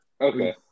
Okay